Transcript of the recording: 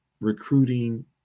recruiting